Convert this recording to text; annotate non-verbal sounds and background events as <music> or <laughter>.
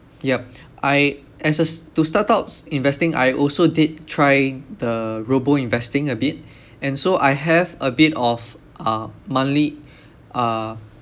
yup <noise> I as as to start out investing I also did try the robo investing a bit and so I have a bit of uh monthly uh